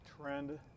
trend